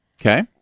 Okay